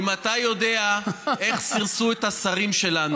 אם אתה יודע איך סירסו את השרים שלנו,